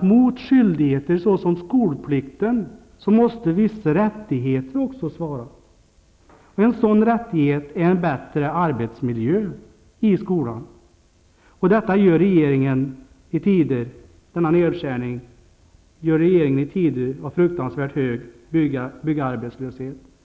Mot skyldigheter såsom skolplikten måste svara vissa rättigheter. En sådan rättighet är en bättre arbetsmiljö i skolan. Och denna nedskärning gör regeringen i tider av fruktansvärt hög byggarbetslöshet.